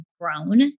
grown